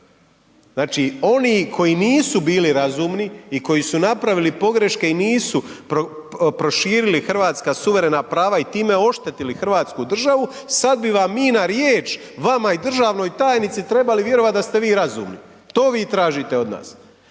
Znači oni koji nisu bili razumni i koji su napravili pogreške i nisu proširili hrvatska suverena prava i time oštetili Hrvatsku državu sad bi vam mi na riječ vama i državnoj tajnici trebali vjerovati da ste vi razumni, to vi tražite od nas.